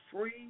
free